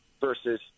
versus